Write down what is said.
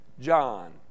John